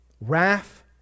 Wrath